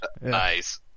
Nice